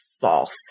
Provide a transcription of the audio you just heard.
false